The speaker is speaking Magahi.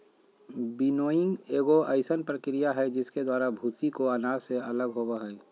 विनोइंग एगो अइसन प्रक्रिया हइ जिसके द्वारा भूसी को अनाज से अलग होबो हइ